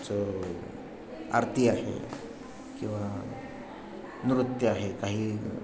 आरती आहे किंवा नृत्य आहे काही